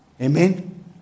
Amen